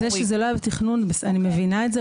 זה שזה לא היה בתכנון, אני מבינה את זה.